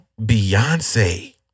Beyonce